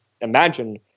imagine